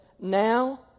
now